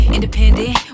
Independent